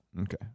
Okay